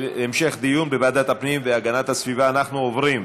לוועדת הפנים והגנת הסביבה נתקבלה.